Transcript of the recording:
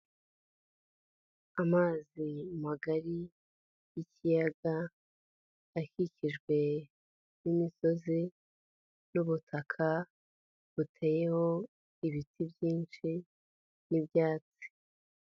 Amazi magari y'ikiyaga akikijwe n'imisozi n'ubutaka buteyeho ibiti byinshi n'ibyatsi.